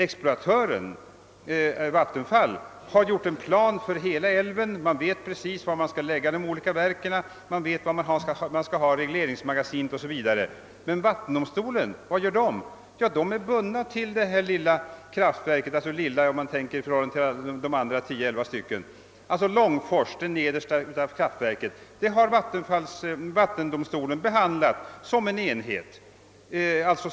Exploatören, vattenfallsverket, har gjort upp en plan för hela älven; man vet precis var man skall lägga de olika verken, man vet var man skall ha regleringsmagasin o. s. v. Men vad gör man i vattendomstolen? Där är man bunden till att behandla varje enskilt kraftverk för sig i förhållande till de andra, t.ex. Långfors. Detta ärende har vattendomstolen behandlat som en enhet.